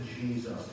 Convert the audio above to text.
Jesus